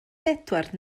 bedwar